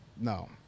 No